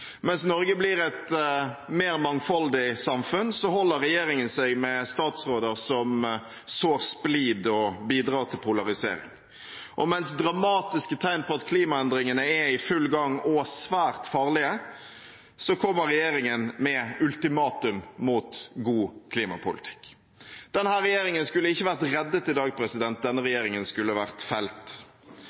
Mens Norge blir et mer mangfoldig samfunn, holder regjeringen seg med statsråder som sår splid og bidrar til polarisering. Og mens dramatiske tegn på at klimaendringene er i full gang og svært farlige, kommer regjeringen med ultimatum mot god klimapolitikk. Denne regjeringen skulle ikke vært reddet i dag; denne regjeringen skulle vært felt.